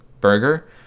burger